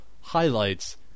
highlights